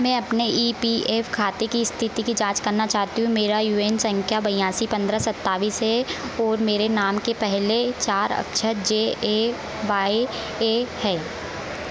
मैं अपने E P F खाते की स्थिति की जाँच करना चाहता हूँ मेरा यू ए एन संख्या बयासी पंद्रह सत्तावीस है और मेरे नाम के पहले चार अक्षर जे ए वाई ए हैं